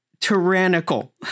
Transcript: tyrannical